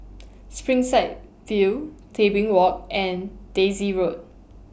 Springside View Tebing Walk and Daisy Road